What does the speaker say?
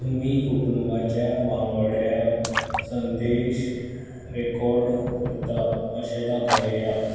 तुमी कुटुंबाच्या वांगड्याक संदेश रॅकॉर्ड करतात अशें दाखयात